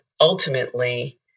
ultimately